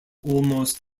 almost